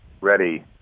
ready